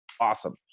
awesome